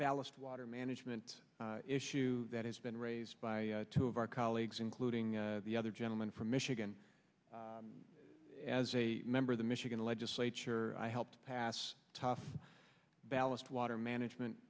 ballast water management issue that has been raised by two of our colleagues including the other gentleman from michigan as a member of the michigan legislature i helped pass tough ballast water management